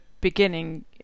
beginning